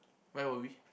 where were we